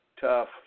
Tough